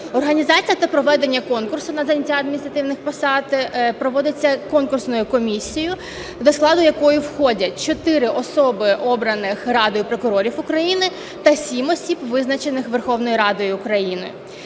Організація та проведення конкурсу на зайняття адміністративних посад проводиться конкурсною комісією, до складу якої входять чотири особи, обраних Радою прокурорів України, та сім осіб, визначених Верховною Радою України.